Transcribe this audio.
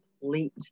complete